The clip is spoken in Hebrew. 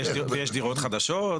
ויש דירות חדשות.